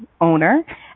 owner